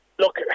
Look